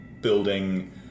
building